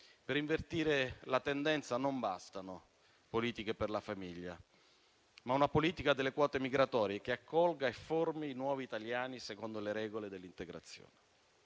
Per invertire la tendenza non bastano le politiche per la famiglia, ma serve una politica delle quote migratorie che accolga e formi nuovi italiani secondo le regole dell'integrazione.